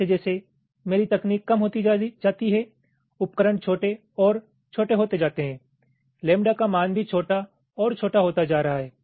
जैसे जैसे मेरी तकनीक कम होती जाती है उपकरण छोटे और छोटे होते जाते हैं लैम्बडा का मान भी छोटा और छोटा होता जा रहा है